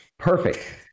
Perfect